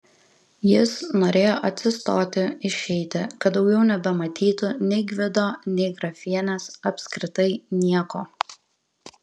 jis norėjo atsistoti išeiti kad daugiau nebematytų nei gvido nei grafienės apskritai nieko